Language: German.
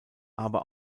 aber